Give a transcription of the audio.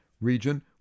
region